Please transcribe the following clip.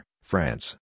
France